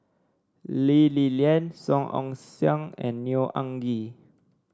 Lee Li Lian Song Ong Siang and Neo Anngee